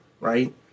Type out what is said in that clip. right